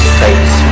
face